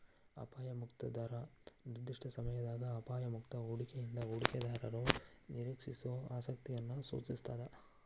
ಅಪಾಯ ಮುಕ್ತ ದರ ನಿರ್ದಿಷ್ಟ ಸಮಯದಾಗ ಅಪಾಯ ಮುಕ್ತ ಹೂಡಿಕೆಯಿಂದ ಹೂಡಿಕೆದಾರರು ನಿರೇಕ್ಷಿಸೋ ಆಸಕ್ತಿಯನ್ನ ಸೂಚಿಸ್ತಾದ